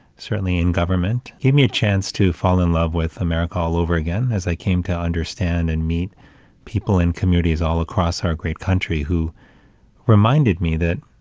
certainly in government. it gave me a chance to fall in love with america all over again, as i came to understand and meet people in communities all across our great country who reminded me that,